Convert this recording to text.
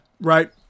Right